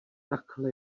takhle